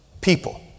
People